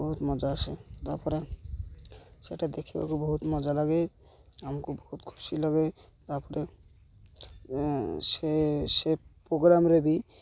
ବହୁତ ମଜା ଆସେ ତା'ପରେ ସେଇଟା ଦେଖିବାକୁ ବହୁତ ମଜା ଲାଗେ ଆମକୁ ବହୁତ ଖୁସି ଲାଗେ ତା'ପରେ ସେ ସେ ପୋଗ୍ରାମରେ ବି